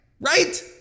right